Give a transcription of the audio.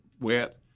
wet